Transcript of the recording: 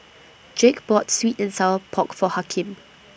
Jake bought Sweet and Sour Pork For Hakim